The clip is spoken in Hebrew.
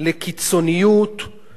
והיא בכך חותרת תחת,